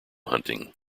hunting